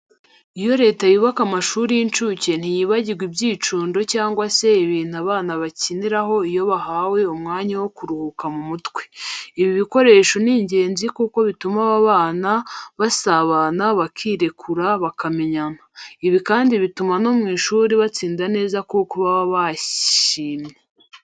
Iyo Leta yubaka amashuri y'incuke ntiyibagirwa ibyicundo cyangwa se ibintu abana bakiniraho iyo bahawe umwanya wo kuruhura mu mutwe. Ibi bikoresho ni ingenzi kuko bituma aba bana basabana, bakirekura, bakamenyana. Ibi kandi bituma no mu ishuri batsinda neza kuko baba bishyimye.